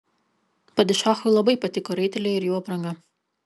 padišachui labai patiko raiteliai ir jų apranga